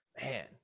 Man